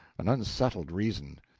an unsettled reason.